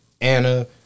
Anna